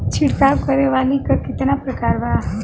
छिड़काव करे वाली क कितना प्रकार बा?